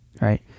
right